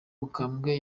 mukambwe